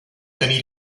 tenir